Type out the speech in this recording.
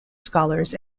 scholars